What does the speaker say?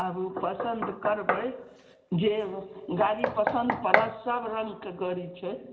आबु पसन्द करबै जे गाड़ी पसन्द पड़त सब रङ्गके गड़ी छै